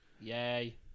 Yay